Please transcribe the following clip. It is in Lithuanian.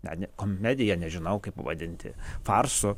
na ne komedija nežinau kaip vadinti farsu